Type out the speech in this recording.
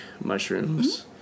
mushrooms